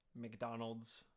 McDonald's